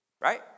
right